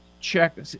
check